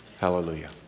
hallelujah